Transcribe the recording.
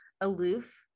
aloof